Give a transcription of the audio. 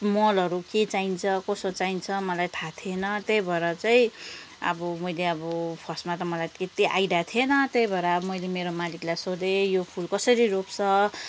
मलहरू के चाहिन्छ कसो चाहिन्छ मलाई थाहा थिएन त्यही भएर चाहिँ अब मैले अब फर्स्टमा त मलाई त्यति आइडिया थिएन त्यही भएर मैले मेरो मालिकलाई सोधेँ यो फुल कसरी रोप्छ